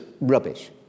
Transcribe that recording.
rubbish